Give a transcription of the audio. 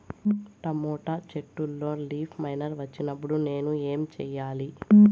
Tomato చెట్టులో leaf miner వచ్చినప్పుడు నేను ఏమి చెయ్యాలి?